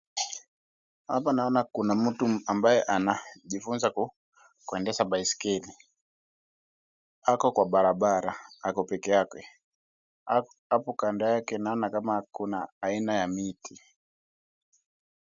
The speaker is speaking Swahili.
Hapa naona kuna mtu ambaye anajifunza kuendesha baiskeli ako kwa barabara ako peke yake hapo kando yake naona kama kuna aina ya miti.